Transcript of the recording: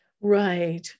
right